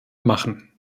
machen